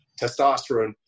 testosterone